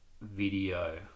video